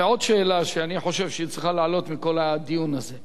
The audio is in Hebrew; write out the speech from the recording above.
עוד שאלה שאני חושב שצריכה לעלות בכל הדיון הזה: